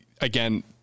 again